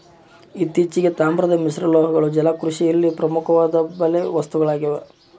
ಇತ್ತೀಚೆಗೆ, ತಾಮ್ರದ ಮಿಶ್ರಲೋಹಗಳು ಜಲಕೃಷಿಯಲ್ಲಿ ಪ್ರಮುಖವಾದ ಬಲೆ ವಸ್ತುಗಳಾಗ್ಯವ